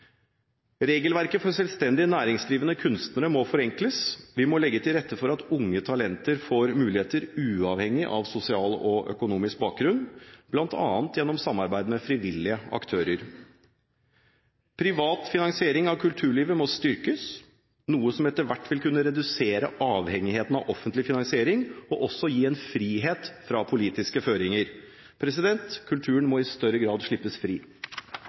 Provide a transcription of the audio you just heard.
Regelverket for selvstendig næringsdrivende kunstnere må forenkles. Vi må legge til rette for at unge talenter får muligheter, uavhengig av sosial og økonomisk bakgrunn, bl.a. gjennom samarbeid med frivillige aktører. Privat finansiering av kulturlivet må styrkes, noe som etter hvert vil kunne redusere avhengigheten av offentlig finansiering og også gi en frihet fra politiske føringer. Kulturen må i større grad slippes fri.